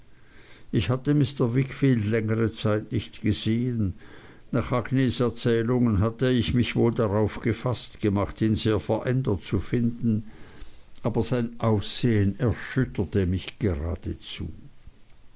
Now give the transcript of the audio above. ich hatte mr wickfield längere zeit nicht gesehen nach agnes erzählungen hatte ich mich wohl darauf gefaßt gemacht ihn sehr verändert zu finden aber sein aussehen erschütterte mich geradezu